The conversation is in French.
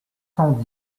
cent